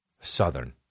Southern